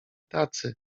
tacy